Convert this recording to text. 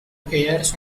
airs